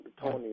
Tony